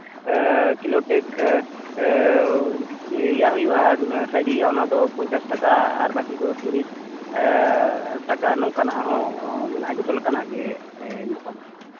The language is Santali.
ᱠᱤᱞᱳᱴᱮᱠ ᱤᱭᱟᱹ ᱦᱩᱭᱩᱜᱼᱟ ᱥᱟᱭᱤᱡ ᱦᱩᱭᱩᱜᱼᱟ ᱚᱱᱟ ᱫᱚ ᱯᱚᱧᱪᱟᱥ ᱴᱟᱠᱟ ᱟᱨ ᱵᱟᱹᱠᱤ ᱠᱚᱫᱚ ᱛᱤᱨᱤᱥ ᱴᱟᱠᱟ ᱱᱚᱝᱠᱟᱱᱟᱜ ᱦᱚᱸ ᱢᱮᱱᱟᱜᱼᱟ ᱡᱚᱛᱚ ᱞᱮᱠᱟᱱᱟᱜ ᱜᱮ ᱧᱟᱯᱟᱢᱟ